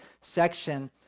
section